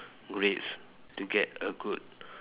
grades to get a good